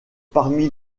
parmi